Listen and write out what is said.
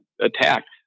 attacked